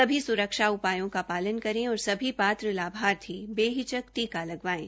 सभी स्रक्षा उपायों का पालन करें और सभी पात्र लाभार्थी बेहिचक टीका लगवाएं